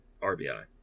RBI